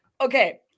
okay